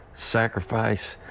sacrifice,